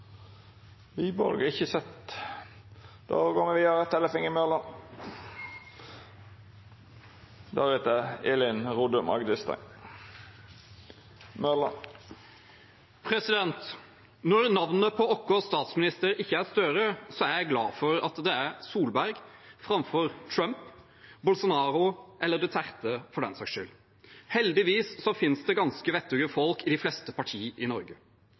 Når navnet på vår statsminister ikke er Gahr Støre, er jeg glad for at det er Solberg framfor Trump, Bolsonaro eller Duterte, for den saks skyld. Heldigvis finnes det ganske vettuge folk i de fleste partier i Norge.